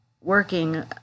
working